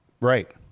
right